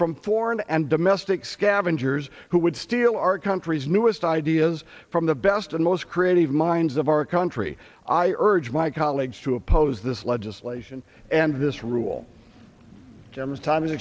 from foreign and domestic scavengers who would steal our country's newest ideas from the best and most creative minds of our country i urge my colleagues to oppose this legislation and this rule jim's time